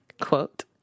quote